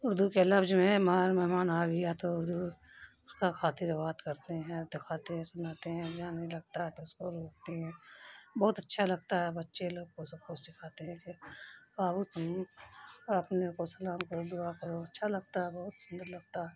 اردو کے لفظ میں مان مہمان آ گیا تو اردو اس کا خاطر بات کرتے ہیں دکھاتے ہیں سناتے ہیں نہیں لگتا ہے تو اس کو روکتے ہیں بہت اچھا لگتا ہے بچے لوگ کو سب کو سکھاتے ہیں کہ آؤ تم اپنے کو سلام کرو دعا کرو اچھا لگتا ہے بہت سندر لگتا ہے